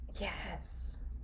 Yes